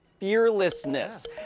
fearlessness